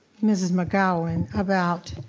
mrs. mcgowan about.